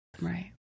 Right